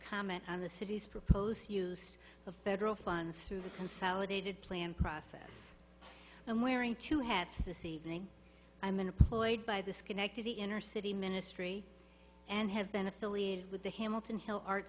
comment on the city's propose use of federal funds through the consolidated plan process and wearing two hats this evening i'm an employed by the schenectady inner city ministry and have been affiliated with the hamilton hill art